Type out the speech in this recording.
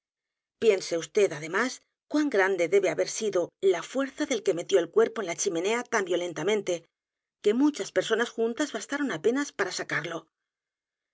piense vd además cuan grande debe haber sido la fuerza edgar poe novelas y ceentos del que metió el cuerpo en la chimenea tan violentamente que m u c h a s personas juntas bastaron apenas para sacarlo